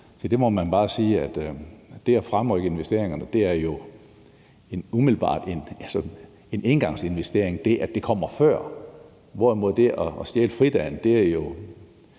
det må man bare sige, at det at fremrykke investeringerne jo umiddelbart er en engangsinvestering, altså det, at det kommer før, hvorimod det at stjæle fridagen jo er en